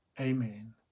Amen